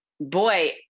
boy